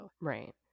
Right